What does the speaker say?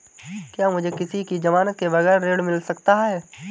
क्या मुझे किसी की ज़मानत के बगैर ऋण मिल सकता है?